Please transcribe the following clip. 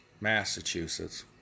Massachusetts